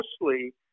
mostly